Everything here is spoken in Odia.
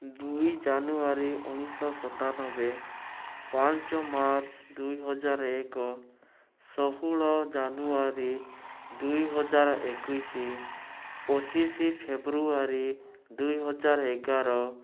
ଦୁଇ ଜାନୁଆରୀ ଉଣେଇଶି ଶହ ସତାନବେ ପାଞ୍ଚ ମାର୍ଚ୍ଚ ଦୁଇହଜାର ଏକ ଷୋହଳ ଜାନୁଆରୀ ଦୁଇହଜାର ଏକୋଇଶି ପଚିଶି ଫେବୃଆରୀ ଦୁଇହଜାର ଏଗାର